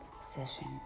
sessions